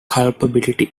culpability